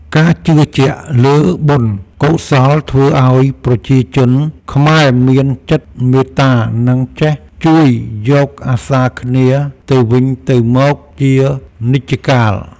ការជឿជាក់លើបុណ្យកុសលធ្វើឱ្យប្រជាជនខ្មែរមានចិត្តមេត្តា និងចេះជួយយកអាសាគ្នាទៅវិញទៅមកជានិច្ចកាល។